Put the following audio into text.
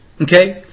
Okay